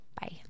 Bye